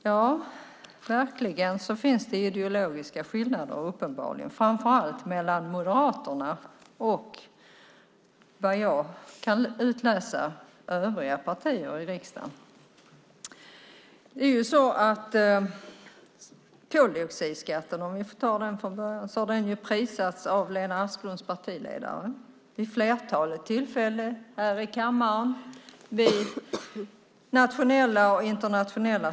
Fru talman! Det finns uppenbarligen ideologiska skillnader framför allt mellan Moderaterna och, såvitt jag kan utläsa, övriga partier i riksdagen. Koldioxidskatten har vid ett flertal tillfällen både här i kammaren och i nationella och internationella sammanhang prisats av Lena Asplunds partiledare.